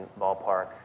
ballpark